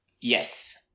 Yes